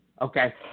okay